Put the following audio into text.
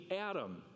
Adam